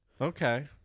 Okay